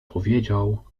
powiedział